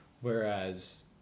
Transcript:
Whereas